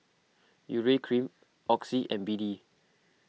Urea Cream Oxy and B D